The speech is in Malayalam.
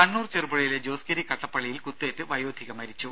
കണ്ണൂർ ചെറുപുഴയിലെ ജോസ് ഗിരി കട്ടപ്പള്ളിയിൽ കുത്തേറ്റ് വയോധിക മരിച്ചു